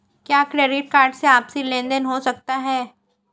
क्या credit card से आपसी लेनदेन हो सकता है?